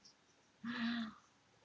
ah